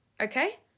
okay